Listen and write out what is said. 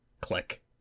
Click